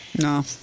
No